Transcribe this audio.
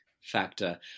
factor